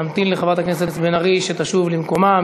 נמתין לחברת הכנסת בן ארי שתשוב למקומה.